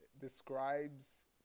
describes